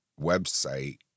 website